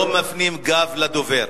לא מפנים גב לדובר.